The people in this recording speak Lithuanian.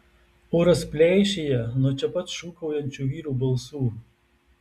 oras pleišėja nuo čia pat šūkaujančių vyrų balsų